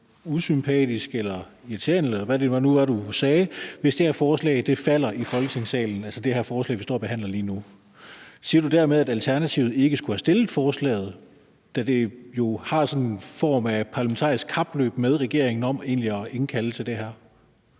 det nu var, du sagde, hvis det her forslag falder i Folketingssalen, altså det her forslag, vi står og behandler lige nu. Siger du dermed, at Alternativet ikke skulle have fremsat forslaget, da det jo sådan har form af et parlamentarisk kapløb med regeringen at indkalde til den her